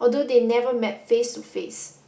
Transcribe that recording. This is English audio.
although they never met face to face